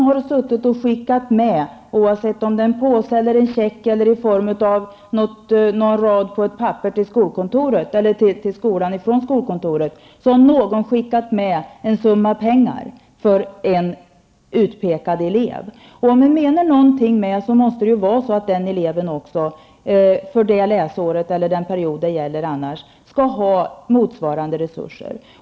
Oavsett om det rör sig om en påse, en check eller någon rad på ett papper från skolkontoret till skolan, skall någon skicka med en summa pengar för en utpekad elev. Menar man något med detta, borde det också återspeglas i verksamheten i klassrummet. Den eleven skall för läsåret eller den period det gäller få motsvarande resurser.